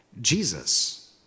Jesus